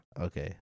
Okay